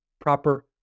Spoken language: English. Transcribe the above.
proper